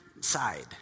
side